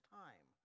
time